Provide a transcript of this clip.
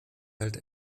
halt